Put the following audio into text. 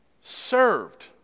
served